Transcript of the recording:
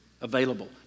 available